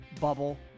bubble